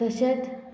तशेंत